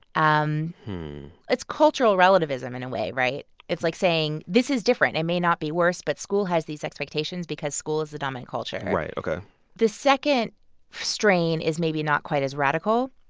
um it's cultural relativism in a way, right? it's like saying this is different. it and may not be worse, but school has these expectations because school is the dominant culture right. ok the second strain is maybe not quite as radical.